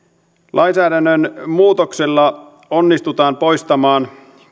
lainsäädännön muutoksella onnistutaan poistamaan